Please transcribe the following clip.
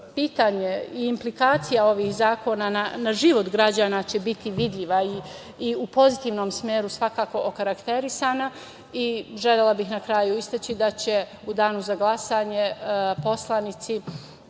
pitanje i implikacija ovih zakona na život građana će biti vidljiv, a i u pozitivnom smeru svakako okarakterisana i želela bih na kraju istaći da će u danu za glasanje poslanici